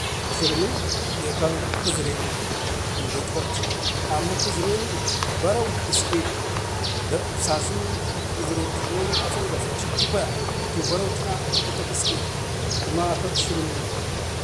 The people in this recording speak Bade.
Am co wanak tlarimim kanan kizirenuke, emdot kak ci amma kezirenu barau kiske da sasunu kezuretu duwoni afən gafa ciptu kwaya, to barau tina atu katau kiske kuma kak tlarumu.